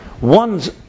One's